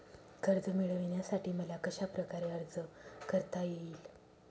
कर्ज मिळविण्यासाठी मला कशाप्रकारे अर्ज करता येईल?